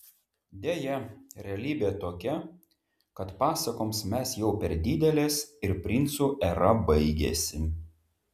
deja realybė tokia kad pasakoms mes jau per didelės ir princų era baigėsi